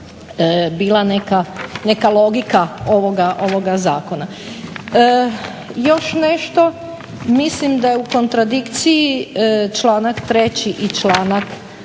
bila neka logika ovoga zakona. Još nešto, mislim da je u kontradikciji članak 3. i članak